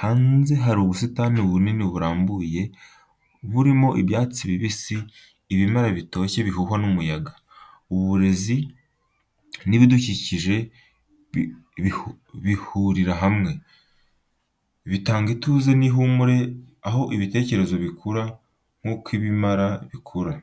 Hanze hari ubusitani bunini burambuye, burimo ibyatsi bibisi, ibimera bitoshye bihuhwa n’umuyaga. Uburezi n’ibidukikije bihurira hamwe, bitanga ituze n’ihumure, aho ibitekerezo bikura nk’uko ibimera bikura.